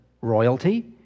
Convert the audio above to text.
royalty